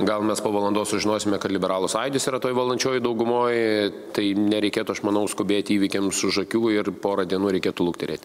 gal mes po valandos sužinosime kad liberalų sąjūdis yra toj valdančiojoj daugumoj tai nereikėtų aš manau skubėt įvykiams už akių ir porą dienų reikėtų luktelėt